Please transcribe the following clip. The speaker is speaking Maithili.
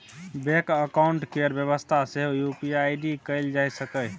बैंक अकाउंट केर बेबस्था सेहो यु.पी.आइ आइ.डी कएल जा सकैए